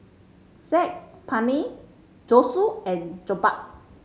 Saag Paneer Zosui and Jokbal